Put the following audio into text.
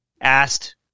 asked